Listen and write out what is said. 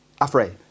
afraid